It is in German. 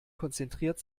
konzentriert